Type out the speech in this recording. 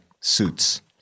Suits